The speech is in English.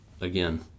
again